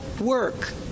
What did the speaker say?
work